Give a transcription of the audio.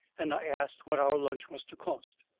and i asked what our lunch was to cost.